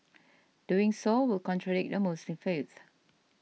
doing so would contradict the Muslim faith